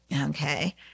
Okay